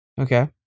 Okay